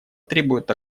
требует